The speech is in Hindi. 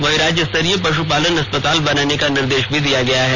वहीं राज्यस्तरीय पशुपालन अस्पताल बनाने का निर्देश दिया गया है